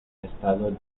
estado